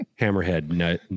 Hammerhead